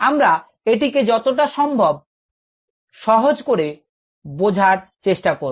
আমরা এটিকে যতটা সম্ভব সহজ করে নেব